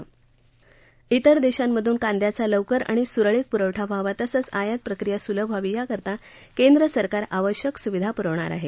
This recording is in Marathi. ातेर देशांमधून कांद्याचा लवकर आणि सुरळीत पुरवठा व्हावा तसंच आयात प्रक्रिया सुलभ व्हावी यासाठी केंद्र सरकार आवश्यक सुविधा पुरवणार आहे